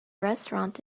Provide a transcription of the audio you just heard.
restaurant